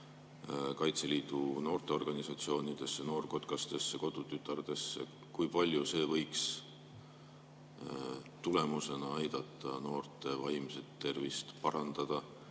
Kaitseliidu noorteorganisatsioonidesse, noorkotkasteks, kodutütardeks, kui palju see võiks tulemusena aidata noorte vaimset tervist parandada?